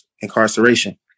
incarceration